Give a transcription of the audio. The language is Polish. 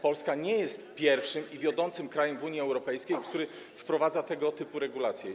Polska nie jest pierwszym ani wiodącym krajem w Unii Europejskiej, który wprowadza tego typu regulacje.